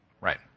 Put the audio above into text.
right